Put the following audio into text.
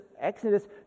Exodus